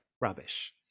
rubbish